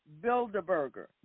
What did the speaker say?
Bilderberger